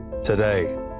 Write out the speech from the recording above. Today